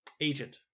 Agent